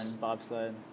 bobsled